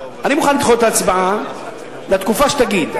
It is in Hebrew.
אני מוכן לדחות את ההצבעה לתקופה שתגיד,